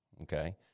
Okay